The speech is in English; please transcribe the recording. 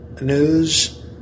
news